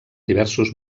diversos